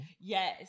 Yes